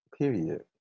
Period